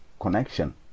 connection